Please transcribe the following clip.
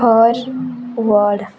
forward